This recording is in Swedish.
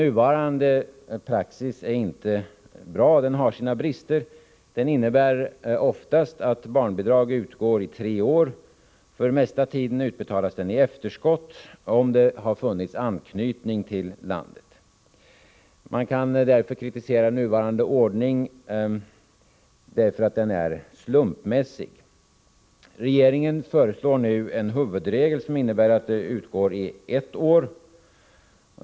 Nuvarande praxis är inte bra utan har sina brister. Den innebär oftast att barnbidrag utgår i tre år. För största delen av tiden utbetalas de i efterskott, om det har funnits anknytning till landet. Man kan kritisera nuvarande ordning därför att den är slumpmässig. Regeringen föreslår nu en huvudregel, som innebär att barnbidrag utgår i ett år.